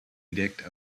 edict